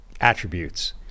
attributes